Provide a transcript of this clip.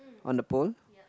on the pole